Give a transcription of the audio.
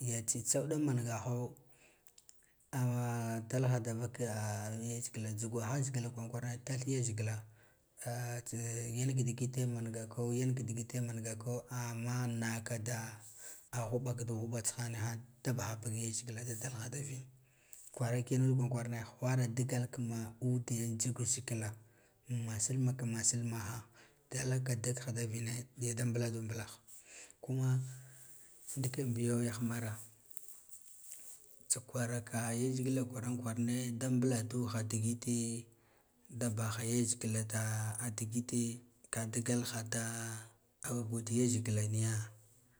ya tsitsa uda mangaho adalha da vaka yazgila jhugwaha yazgila kwan kwarane tath yazgila tsa yan kadigete mangako yanka digite ah tsa yan kaɗigete mangako yanka digite mangako amma nakada ah ghuɓau du ghuɓa tsika niha da baha bug yazgila da dalha da vinkwar ndikenud kwaran kwara whara digal kama ude jugwa yazgila masilma ka masilmaha dalka disha da vine yada mbu ladu mbulaho kumma ndiken biyo yahmare tsa kwara ya yazgila kwaran kwarane da mbuladuha digete da baha yazgila da digedte ka digalha da nu gud yazgila niya.